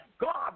God